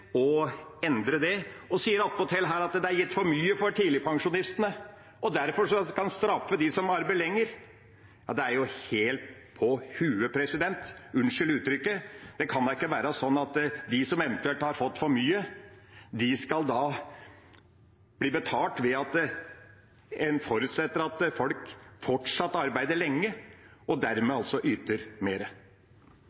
endre det og sier attpåtil her at det er gitt for mye til tidligpensjonistene, og derfor skal en straffe dem som arbeider lenger. Det er jo helt på huet – unnskyld uttrykket. Det kan da ikke være sånn at de som eventuelt har fått for mye, skal bli betalt ved at en forutsetter at folk fortsatt arbeider lenge, og dermed